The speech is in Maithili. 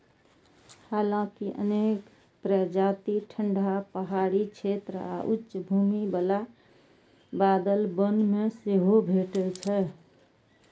हालांकि अनेक प्रजाति ठंढा पहाड़ी क्षेत्र आ उच्च भूमि बला बादल वन मे सेहो भेटै छै